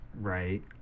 right